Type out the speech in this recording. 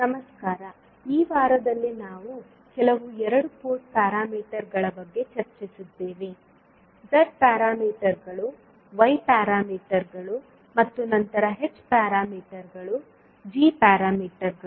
ನಮಸ್ಕಾರ ಈ ವಾರದಲ್ಲಿ ನಾವು ಕೆಲವು ಎರಡು ಪೋರ್ಟ್ ಪ್ಯಾರಾಮೀಟರ್ಗಳ ಬಗ್ಗೆ ಚರ್ಚಿಸಿದ್ದೇವೆ ಝೆಡ್ ಪ್ಯಾರಾಮೀಟರ್ಗಳು ವೈ ಪ್ಯಾರಾಮೀಟರ್ಗಳು ಮತ್ತು ನಂತರ ಹೆಚ್ ಪ್ಯಾರಾಮೀಟರ್ಗಳು ಜಿ ಪ್ಯಾರಾಮೀಟರ್ಗಳು